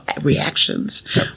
reactions